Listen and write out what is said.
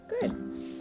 Good